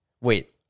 Wait